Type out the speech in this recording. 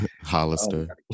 Hollister